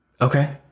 Okay